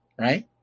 right